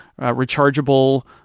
rechargeable